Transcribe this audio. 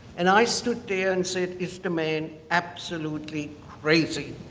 and i stood there and said is the man absolutely crazy.